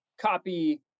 copy